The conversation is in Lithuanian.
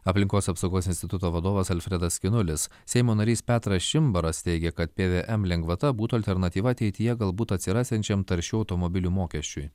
aplinkos apsaugos instituto vadovas alfredas skinulis seimo narys petras čimbaras teigia kad pvm lengvata būtų alternatyva ateityje galbūt atsirasiančiam taršių automobilių mokesčiui